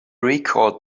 recalled